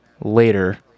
later